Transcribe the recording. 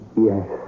Yes